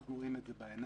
אנחנו רואים את זה בעיניים.